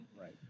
Right